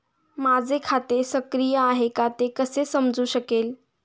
माझे खाते सक्रिय आहे का ते कसे समजू शकेल?